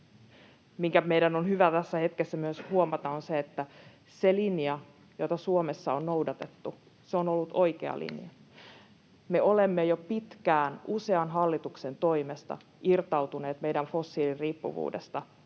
mikä meidän on hyvä tässä hetkessä myös huomata, on se, että se linja, jota Suomessa on noudatettu, on ollut oikea linja. Me olemme jo pitkään, usean hallituksen toimesta irtautuneet meidän fossiiliriippuvuudestamme